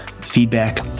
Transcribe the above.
feedback